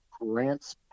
grants